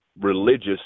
religious